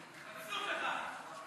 חצוף אתה.